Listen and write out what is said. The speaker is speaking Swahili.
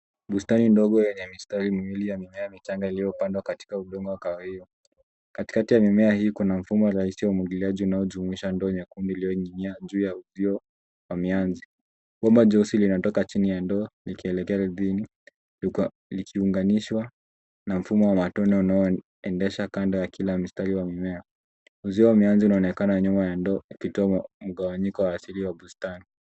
Bustani ndogo yenye mistari miwil yenye mimea michanga iliyopandwa katika udongo wa kahawia. Katikati ya mimea hii kuna mfumo rahisi wa umwagiliaji unaojumuisha ndoo nyekundu iliyoning'inia juu ya uzio wa mianzi. Bomba jeusi linatoka chiniya ndoo likielekea likiunganishwa na mfumo wa matone unaoendesha kando ya kila mstari wa mimea. Uzio wa mianzi unaonekana nyuma ya ndoo ukitoa mgawanyiko wa asili ya bustani.